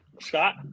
Scott